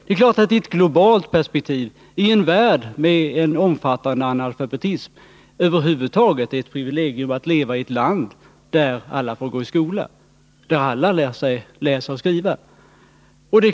I ett globalt perspektiv, i en värld med omfattande analfabetism, är det över huvud taget ett privilegium att leva i ett land där alla får gå i skola, där alla lär sig läsa och skriva.